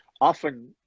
often